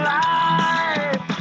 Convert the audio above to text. life